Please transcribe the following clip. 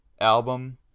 album